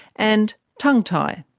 and tongue tie.